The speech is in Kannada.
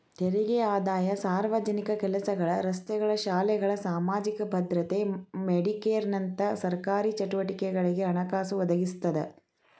ತೆರಿಗೆ ಆದಾಯ ಸಾರ್ವಜನಿಕ ಕೆಲಸಗಳ ರಸ್ತೆಗಳ ಶಾಲೆಗಳ ಸಾಮಾಜಿಕ ಭದ್ರತೆ ಮೆಡಿಕೇರ್ನಂತ ಸರ್ಕಾರಿ ಚಟುವಟಿಕೆಗಳಿಗೆ ಹಣಕಾಸು ಒದಗಿಸ್ತದ